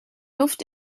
luft